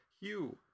hugh